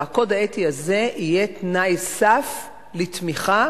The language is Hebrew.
והקוד האתי הזה יהיה תנאי סף לתמיכה